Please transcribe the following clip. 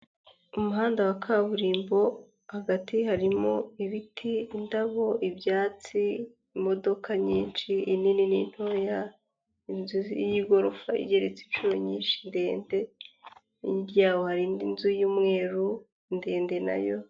Umuhanda wa kaburimbo hagati harimo ibiti, indabo, ibyatsi, imodoka nyinshi inini n'intoya, inzu y'igorofa igereretse inshuro nyinshi ndende, hirya yaho hari indi nzu y'umweru ndende nayo.